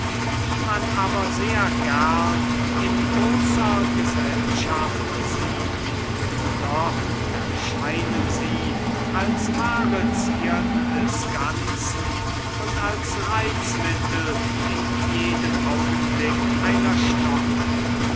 die man aber sehr gern in großer gesellschaft sieht dort erscheinen sie als wahre zierden des ganzen und als reizmittel in jedem augenblick einer stockung